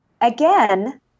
again